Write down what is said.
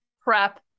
prep